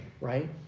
right